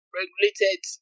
regulated